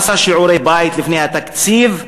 עשה שיעורי-בית לפני התקציב,